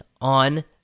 on